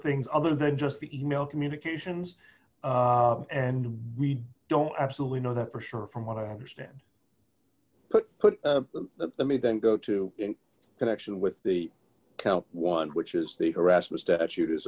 things other than just the e mail communications and we don't absolutely know that for sure from what i understand but let me then go to in connection with the count one which is the harassment statute